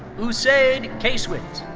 usayd casewit.